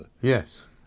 Yes